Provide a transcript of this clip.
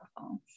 phones